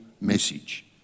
message